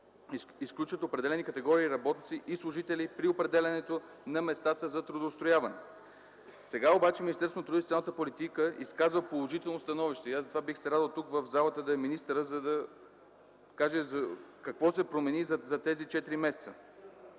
изключат определени категории работници и служители при определянето на местата за трудоустрояване. Сега обаче Министерството на труда и социалната политика изказва положително становище. Затова бих се радвал тук в залата да е министърът, за да каже какво се промени за тези четири месеца.